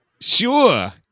Sure